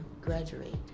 graduate